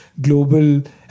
global